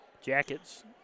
Jackets